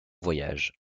voyage